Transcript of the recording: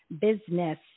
business